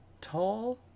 tall